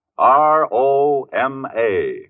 R-O-M-A